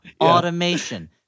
automation